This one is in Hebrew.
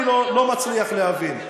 אני לא מצליח להבין.